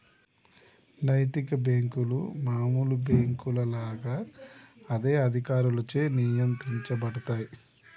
నైతిక బ్యేంకులు మామూలు బ్యేంకుల లాగా అదే అధికారులచే నియంత్రించబడతయ్